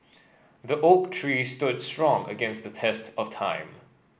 the oak tree stood strong against the test of time